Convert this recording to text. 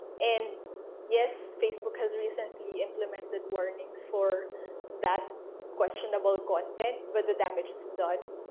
and yes, facebook has recently implemented warnings for that questionable content but the damage is done.